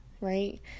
right